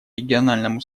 региональному